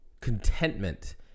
contentment